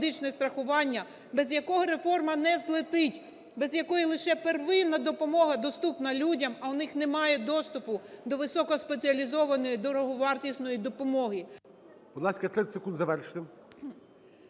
без якого реформа не злетить, без якої лише первинна допомога доступна людям, а в них немає доступу до високоспеціалізованої, дороговартісної допомоги...